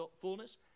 fullness